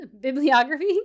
bibliography